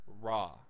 raw